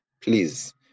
please